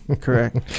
correct